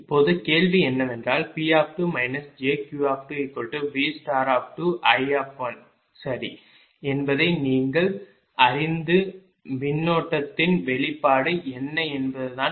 இப்போது கேள்வி என்னவென்றால் P2 jQ2V2I சரி என்பதை நீங்கள் அறிந்த மின்னோட்டத்தின் வெளிப்பாடு என்ன என்பதுதான்